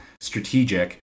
strategic